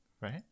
Right